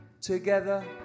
together